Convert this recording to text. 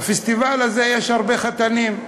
בפסטיבל הזה יש הרבה חתנים.